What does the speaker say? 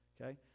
Okay